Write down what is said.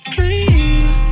Please